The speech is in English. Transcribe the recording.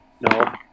No